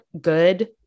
good